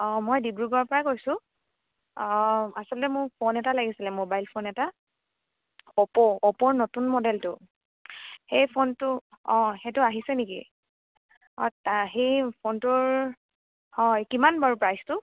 অ' মই ডিব্ৰুগড়ৰ পা কৈছোঁ অ' আছলতে মোক ফ'ন এটা লাগিছিলে ম'বাইল ফ'ন এটা অপ' অপ'ৰ নতুন মডেলটো সেই ফ'নটো অ' সেইটো আহিছে নেকি অ' তা সেই ফ'নটোৰ হয় কিমান বাৰু প্ৰাইচটো